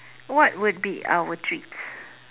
what would be our treats